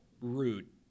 route